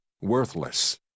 worthless